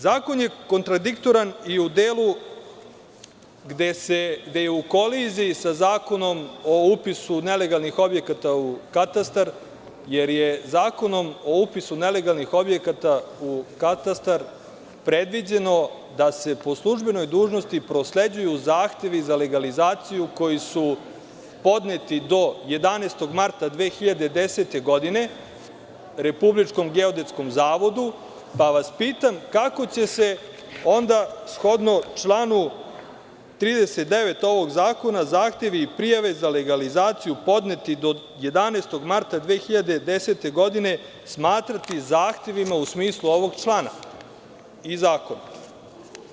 Zakon je kontradiktoran i u delu gde je u koliziji sa Zakonom o upisu nelegalnih objekata u katastar, jer je Zakonom o upisu nelegalnih objekata u katastar predviđeno da se po službenoj dužnosti prosleđuju zahtevi za legalizaciju koji su podneti do 11. marta 2010. godine RGZ, pa vas pitam kako će se onda, shodno članu 39. ovog zakona, zahtevi i prijave za legalizaciju podneti do 11. marta 2010. godine smatrati zahtevima u smislu ovog člana i zakona?